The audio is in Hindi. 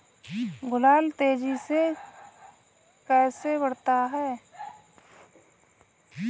गुलाब तेजी से कैसे बढ़ता है?